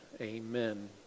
Amen